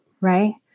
right